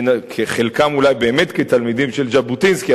חלקם אולי באמת כתלמידים של ז'בוטינסקי,